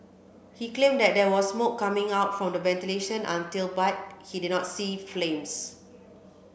he claimed that there was smoke coming out from the ventilation util but he did not see flames